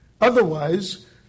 Otherwise